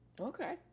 Okay